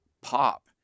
pop